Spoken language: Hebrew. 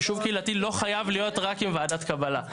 יישוב קהילתי לא חייב להיות רק עם ועדת קבלה.